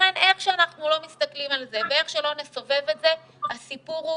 לכן איך שאנחנו לא מסתכלים על זה ואיך שלא נסובב את זה הסיפור הוא